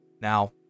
now